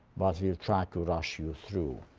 but will try to rush you through.